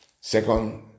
Second